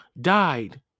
died